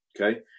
Okay